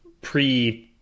pre